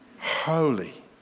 Holy